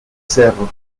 cerro